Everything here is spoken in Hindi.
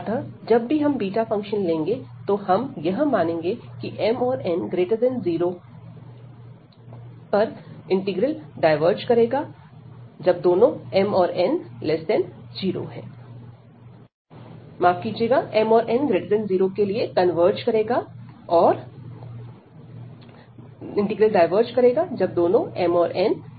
अतः जब भी हम बीटा फंक्शन लेंगे तो हम यह मानेंगे कि m औरn0 क्योंकि इंटीग्रल डायवर्ज करेगा जब दोनों m औरn ≤0 है